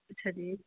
ਅੱਛਾ ਜੀ